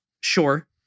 Sure